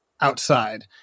outside